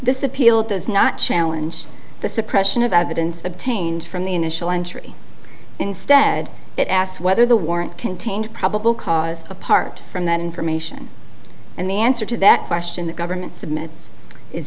this appeal does not challenge the suppression of evidence obtained from the initial entry instead it asks whether the warrant contained probable cause apart from that information and the answer to that question the government's admits is